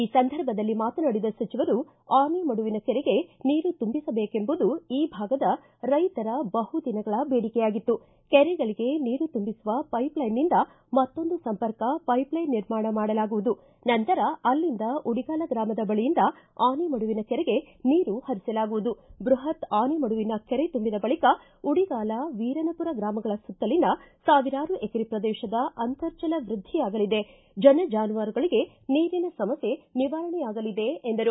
ಈ ಸಂದರ್ಭದಲ್ಲಿ ಮಾತನಾಡಿದ ಸಚವರು ಆನೆಮಡುವಿನ ಕೆರೆಗೆ ನೀರು ತುಂಬಿಸಬೇಕೆಂಬುದು ಈ ಭಾಗದ ರೈತರ ಬಹುದಿನಗಳ ಬೇಡಿಕೆಯಾಗಿತ್ತು ಕೆರೆಗಳಿಗೆ ನೀರು ತುಂಬಿಸುವ ಪೈಪ್ಲೈನ್ನಿಂದ ಮತ್ತೊಂದು ಸಂಪರ್ಕ ಪೈಪ್ಲೈನ್ ನಿರ್ಮಾಣ ಮಾಡಲಾಗುವುದು ನಂತರ ಅಲ್ಲಿಂದ ಉಡಿಗಾಲ ಗ್ರಾಮದ ಬಳಿಯಿಂದ ಆನೆಮಡುವಿನ ಕೆರೆಗೆ ನೀರು ಹರಿಸಲಾಗುವುದು ಬೃಹತ್ ಆನೆಮಡುವಿನ ಕೆರೆ ತುಂಬಿದ ಬಳಿಕ ಉಡಿಗಾಲ ವೀರನಪುರ ಗ್ರಾಮಗಳ ಸುತ್ತಲಿನ ಸಾವಿರಾರು ಎಕರೆ ಪ್ರದೇಶದ ಅಂರ್ತರ್ಜಲ ವೃದ್ಧಿಯಾಗಲಿದೆ ಜನ ಜಾನುವಾರುಗಳಿಗೆ ನೀರಿನ ಸಮಸ್ಥೆ ನಿವಾರಣೆಯಾಗಲಿದೆ ಎಂದರು